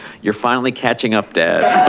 you're finally catching up dad.